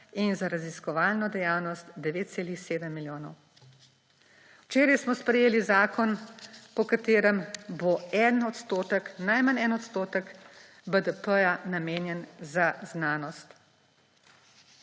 in za raziskovalno dejavnosti 9,7 milijonov. Včeraj smo sprejeli zakon, po katerem bo najmanj en odstotek BDP namenjen za znanost.